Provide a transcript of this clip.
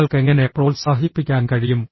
നിങ്ങൾക്ക് എങ്ങനെ പ്രോത്സാഹിപ്പിക്കാൻ കഴിയും